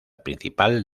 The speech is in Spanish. principal